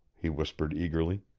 he whispered eagerly.